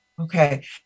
Okay